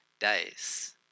days